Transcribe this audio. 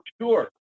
Sure